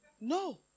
No